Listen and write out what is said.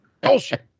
Bullshit